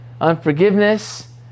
Unforgiveness